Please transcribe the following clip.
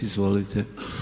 Izvolite.